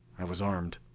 i was armed.